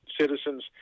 citizens